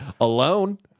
alone